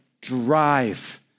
drive